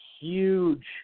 huge